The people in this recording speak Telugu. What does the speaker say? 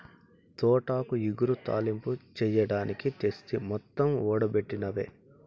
తోటాకు ఇగురు, తాలింపు చెయ్యడానికి తెస్తి మొత్తం ఓడబెట్టినవే